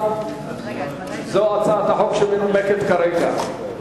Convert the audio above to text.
זו הצעת החוק שמנומקת כרגע,